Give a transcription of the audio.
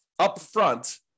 upfront